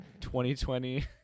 2020